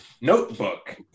notebook